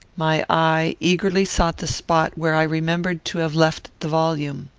my eye eagerly sought the spot where i remembered to have left the volume.